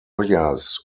rojas